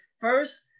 first